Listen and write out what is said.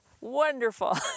wonderful